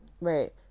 Right